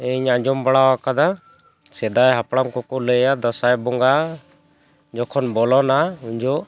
ᱤᱧ ᱟᱸᱡᱚᱢ ᱵᱟᱲᱟ ᱟᱠᱟᱫᱟ ᱥᱮᱫᱟᱭ ᱦᱟᱯᱲᱟᱢ ᱠᱚᱠᱚ ᱞᱟᱹᱭᱟ ᱫᱟᱸᱥᱟᱭ ᱵᱚᱸᱜᱟ ᱡᱚᱠᱷᱚᱱ ᱵᱚᱞᱚᱱᱟ ᱩᱱ ᱡᱚᱠᱷᱮᱡ